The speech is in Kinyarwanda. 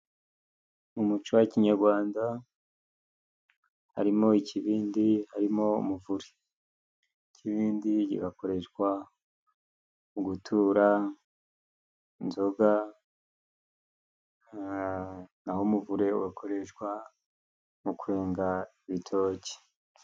Mu umuco wa kinyarwanda hari mo ikibindi, harimo umuvure. Ikibindi kigakoreshwa mu gutura inzoga, naho umuvure ugakoreshwa mu kwenga ibitoki.